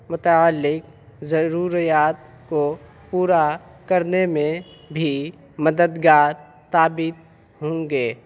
متعلق ضروریات کو پورا کرنے میں بھی مددگار ثابت ہوں گے